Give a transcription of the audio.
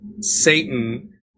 Satan